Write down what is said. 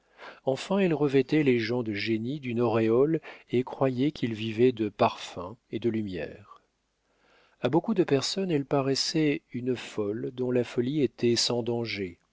enfin elle revêtait les gens de génie d'une auréole et croyait qu'ils vivaient de parfums et de lumière a beaucoup de personnes elle paraissait une folle dont la folie était sans danger